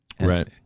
Right